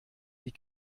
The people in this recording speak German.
die